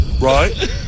right